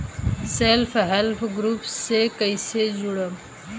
Self help group से कइसे जुड़म?